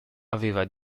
aveva